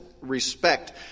respect